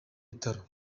bitaro